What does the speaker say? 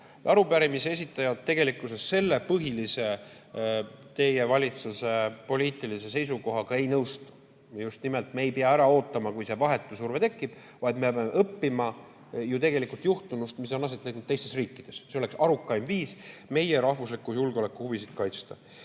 Arupärimise esitajad tegelikult selle teie valitsuse põhilise poliitilise seisukohaga ei nõustu. Just nimelt: me ei pea ära ootama, kuni see vahetu surve tekib, vaid me peame õppima tegelikult juhtunust, mis on aset leidnud teistes riikides. See oleks arukaim viis meie rahvusliku julgeoleku huvisid kaitsta.